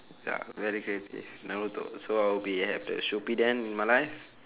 ya very creative naruto so I will be have the shippuden in my life